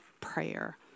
prayer